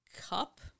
Cup